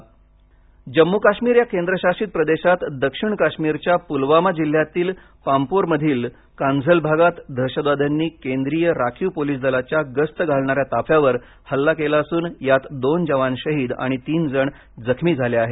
पुलवामा जम्मू काश्मीर या केंद्रशासित प्रदेशात दक्षिण काश्मीरच्या पुलवामा जिल्ह्यातील पामपोरमधील कांदझल भागात दहशतवाद्यांनी केंद्रीय राखीव पोलीस दलाच्या गस्त घालणाऱ्या ताफ्यावर हल्ला केला असून यात दोन जवान शहीद आणि तीन जण जखमी झाले आहेत